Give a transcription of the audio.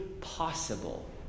possible